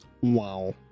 Wow